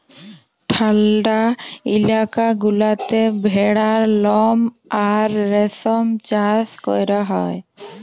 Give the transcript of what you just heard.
ঠাল্ডা ইলাকা গুলাতে ভেড়ার লম আর রেশম চাষ ক্যরা হ্যয়